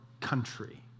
country